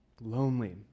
lonely